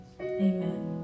Amen